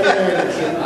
כי הם נרשמו,